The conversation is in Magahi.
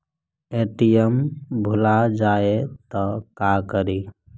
ए.टी.एम भुला जाये त का करि?